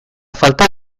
falta